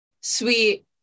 sweet